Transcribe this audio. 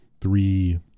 three